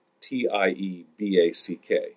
T-I-E-B-A-C-K